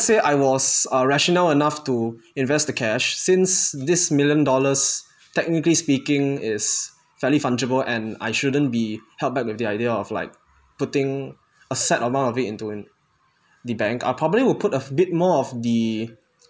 say I was uh rational enough to invest the cash since this million dollars technically speaking is fairly fungible and I shouldn't be held back with the idea of like putting a set amount of it into an the bank I'll probably will put a bit more of the